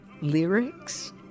lyrics